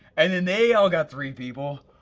and then they all got three people,